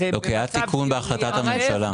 כי היה תיקון בהחלטת הממשלה.